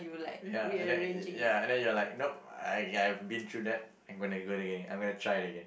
ya and that ya and then you are like nope I've I been through that when I gonna go gain I mean try again